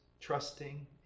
trusting